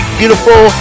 beautiful